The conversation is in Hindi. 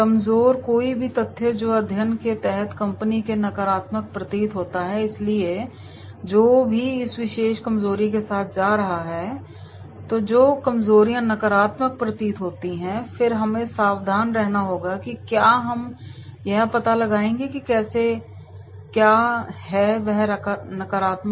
कमजोर कोई भी तथ्य जो अध्ययन के तहत कंपनी के लिए नकारात्मक प्रतीत होता है इसलिए जो भी इस विशेष कमजोरी के साथ जा रहा है तो जो कमजोरियां नकारात्मक प्रतीत होती हैं फिर हमें सावधान रहना होगा कि क्या हम यह पता लगाएंगे कि कैसे क्या हैं वहाँ नकारात्मक